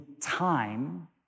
time